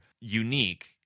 unique